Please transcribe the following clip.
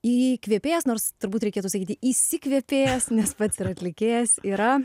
įkvėpėjas nors turbūt reikėtų sakyti įsikvepėjas nes pats ir atlikėjas yra